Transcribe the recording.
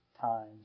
times